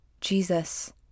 Jesus